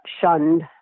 shunned